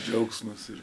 džiaugsmas ir